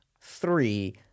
three